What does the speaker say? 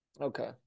Okay